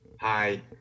Hi